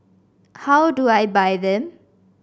how do I buy them